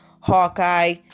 Hawkeye